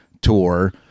tour